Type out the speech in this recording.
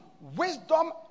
wisdom